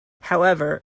however